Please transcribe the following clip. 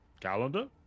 calendar